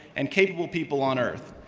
and capable people on earth.